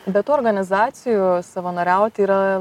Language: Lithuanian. be tų organizacijų savanoriauti yra